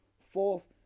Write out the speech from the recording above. Fourth